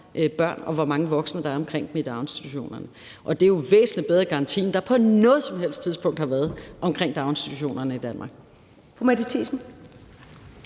børn, og hvor mange voksne der er omkring dem i daginstitutionerne, kan falde, og det er jo en væsentlig bedre garanti, end der på noget som helst tidspunkt har været omkring daginstitutionerne i Danmark.